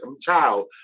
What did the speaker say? child